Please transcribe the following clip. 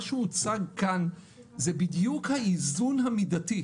מה שהוצג כאן זה בדיוק האיזון המידתי.